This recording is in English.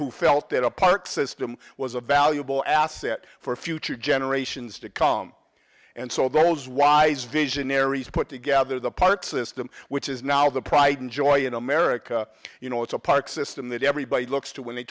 who felt that a park system was a valuable asset for future generations to come and so those wise visionaries put together the park system which is now the pride and joy in america you know it's a park system that everybody looks to when they